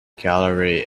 gallery